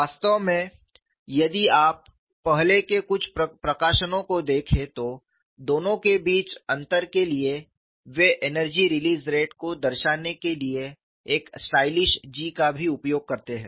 वास्तव में यदि आप पहले के कुछ प्रकाशनों को देखें तो दोनों के बीच अंतर करने के लिए वे एनर्जी रिलीज़ रेट को दर्शाने के लिए एक स्टाइलिश G का भी उपयोग करते हैं